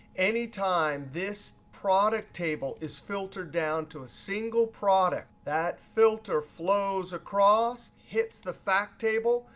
any time this product table is filtered down to a single product, that filter flows across, hits the fact table.